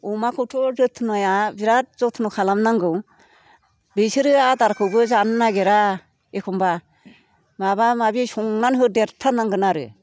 अमाखौथ' जोथोना बिराद जथन' खालामनांगौ बिसोरो आदारखौबो जानो नागिरा एखमब्ला माबा माबि संनानै होदेरथारनांगोन आरो